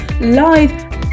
live